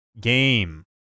game